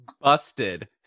busted